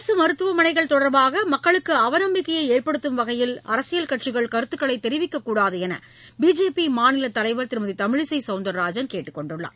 அரசு மருத்துவமனைகள் தொடர்பாக மக்களுக்கு அவநம்பிக்கையை ஏற்படுத்தும் வகையில் அரசியல் கட்சிகள் கருத்துக்களை தெரிவிக்கக்கூடாது என்று பிஜேபி மாநில தலைவர் திருமதி தமிழிசை சவுந்தரராஜன் கேட்டுக் கொண்டுள்ளார்